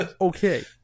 Okay